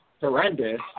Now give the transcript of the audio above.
horrendous